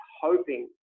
hoping